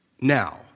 Now